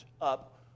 up